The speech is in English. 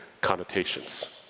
connotations